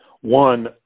one